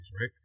right